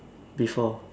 before